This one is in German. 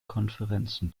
konferenzen